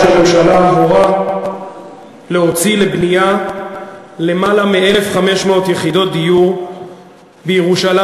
ראש הממשלה הורה להוציא לבנייה למעלה מ-1,500 יחידות דיור בירושלים,